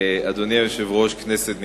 אדוני היושב-ראש, כנסת נכבדה,